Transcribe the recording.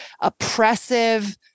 oppressive